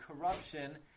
corruption